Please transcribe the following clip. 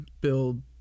build